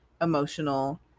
emotional